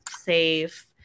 safe